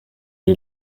est